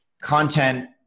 content